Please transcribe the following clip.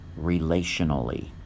relationally